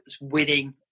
winning